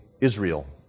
Israel